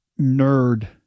nerd